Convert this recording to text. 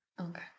Okay